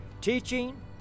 Teaching